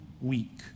week